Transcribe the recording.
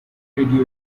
radio